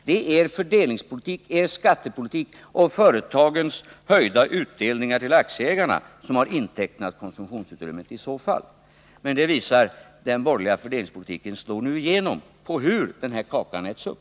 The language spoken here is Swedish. Det är i så fall er fördelningspolitik, er skattepolitik och företagens höjda utdelningar till aktieägarna som har intecknat konsumtionsutrymmet. Den borgerliga fördelningspolitiken slår nu igenom på hur den här kakan äts upp.